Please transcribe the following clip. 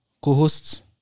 co-hosts